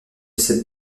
cette